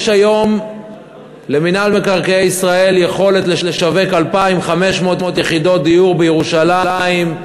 יש היום למינהל מקרקעי ישראל יכולת לשווק 2,500 יחידות דיור בירושלים,